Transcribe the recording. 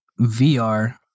VR